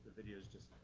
video is just